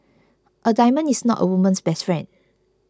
a diamond is not a woman's best friend